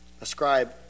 ascribe